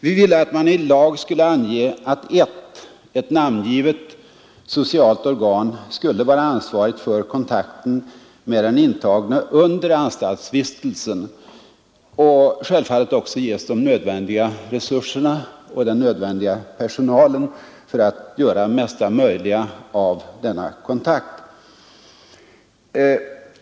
Vi ville att man i lag skulle ange att ett — ett namngivet — socialt organ skulle vara ansvarigt för kontakten med den intagne under anstaltsvistelsen och självfallet också ges de nödvändiga resurserna och den nödvändiga personalen för att göra mesta möjliga av denna kontakt.